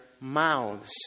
mouths